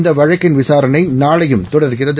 இந்த வழக்கின் விசாரணை நாளையும் தொடர்கிறது